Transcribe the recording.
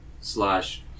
slash